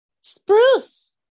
Spruce